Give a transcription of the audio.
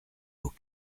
aux